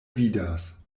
vidas